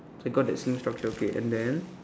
it's like got that same structure okay and then